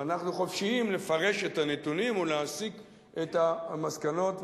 ואנחנו חופשיים לפרש את הנתונים ולהסיק את המסקנות.